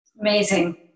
Amazing